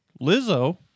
Lizzo